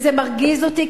זה מרגיז אותי,